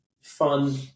fun